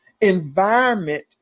environment